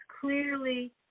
clearly